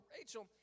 Rachel